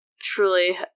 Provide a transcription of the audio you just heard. Truly